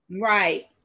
Right